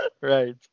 Right